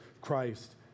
Christ